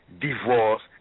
divorce